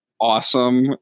awesome